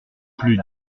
plus